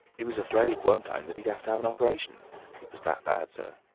he was afraid, one time, that he'd have to have an op'ration he was that bad, sir.